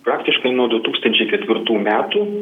praktiškai nuo du tūkstančiai ketvirtų metų